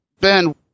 Ben